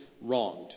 wronged